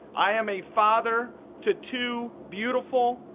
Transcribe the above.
i am a father to two beautiful,